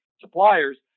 suppliers